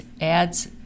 adds